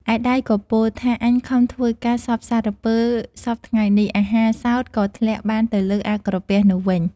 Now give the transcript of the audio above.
ឯដៃក៏ពោល ថា "អញខំធ្វើការសព្វសារពើសព្វថ្ងៃនេះ អាហារសោត ក៏ធ្លាក់បានទៅលើអា ក្រពះនោះវិញ។